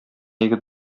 егет